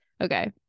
Okay